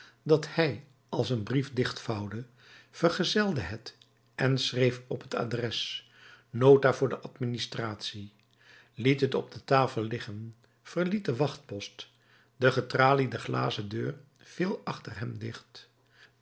dat hij als een brief dichtvouwde verzegelde het en schreef op het adres nota voor de administratie liet het op de tafel liggen en verliet den wachtpost de getraliede glazen deur viel achter hem dicht